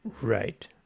Right